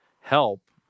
help